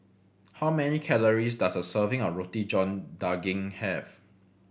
how many calories does a serving of Roti John Daging have